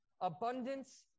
abundance